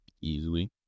Easily